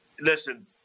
listen